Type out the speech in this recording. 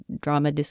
drama